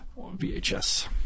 VHS